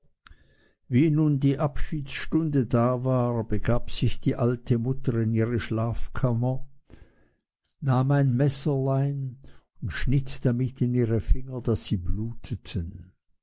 wie nun die abschiedsstunde da war begab sich die alte mutter in ihre schlafkammer nahm ein messerlein und schnitt damit in ihre finger daß sie bluteten